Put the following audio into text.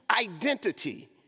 identity